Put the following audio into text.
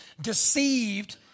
deceived